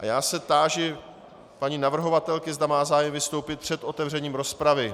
Táži se paní navrhovatelky, zda má zájem vystoupit před otevřením rozpravy.